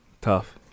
Tough